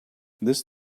this